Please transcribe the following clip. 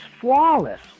flawless